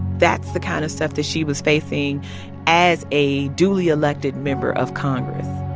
that's the kind of stuff that she was facing as a duly elected member of congress